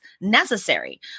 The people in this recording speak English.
necessary